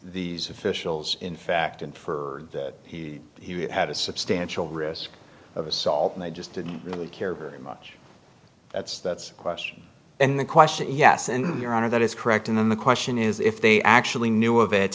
these officials in fact and for that he had a substantial risk of assault and they just didn't really care very much that's that's a question and the question yes and your honor that is correct and then the question is if they actually knew of it